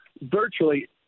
virtually